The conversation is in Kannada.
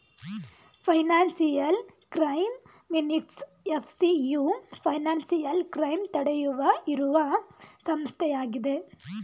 financial crime minutes FCU financial crime ತಡೆಯುವ ಇರುವ ಸಂಸ್ಥೆಯಾಗಿದೆ